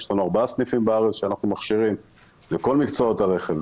יש לנו ארבעה סניפים בארץ שאנחנו מכשירים בהם את כל מקצועות הרכב,